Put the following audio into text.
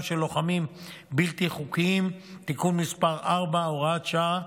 של לוחמים בלתי חוקיים (תיקון מס' 4) (הוראת שעה,